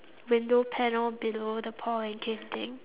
window panel below the paul and kim thing